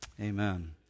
amen